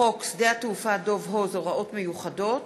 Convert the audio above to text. חוק שדה-התעופה דב הוז (הוראות מיוחדות),